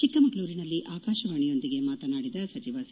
ಚಿಕ್ಕಮಗಳೂರಿನಲ್ಲಿಂದು ಆಕಾಶವಾಣಿಯೊಂದಿಗೆ ಮಾತನಾಡಿದ ಸಚಿವ ಸಿ